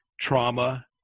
trauma